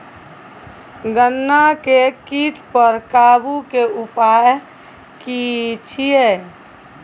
गन्ना के कीट पर काबू के उपाय की छिये?